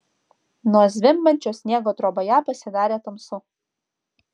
nuo zvimbiančio sniego troboje pasidarė tamsu